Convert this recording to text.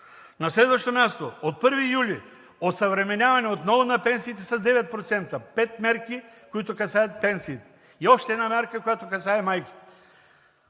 На следващо място, от 1 юли осъвременяване отново на пенсиите с 9% – пет мерки, които касаят пенсиите. И още една мярка, която касае майките.